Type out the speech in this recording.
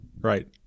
Right